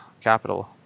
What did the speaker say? capital